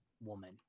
woman